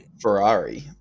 Ferrari